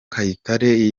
kayitare